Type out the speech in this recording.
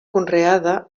conreada